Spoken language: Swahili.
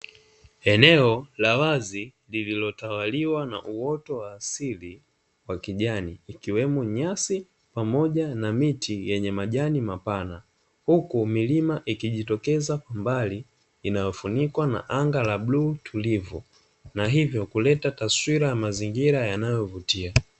Eneo la wazi lililotawaliwa na uoto wa asili wa kijani ikiwemo nyasi pamoja na miti yenye majani mapana, huku milima ikijitokeza kwa mbali inayofunikwa na anga la bluu tulivu na hivyo kuleta taswira ya mazingira yanayovutia.